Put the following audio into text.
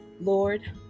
Lord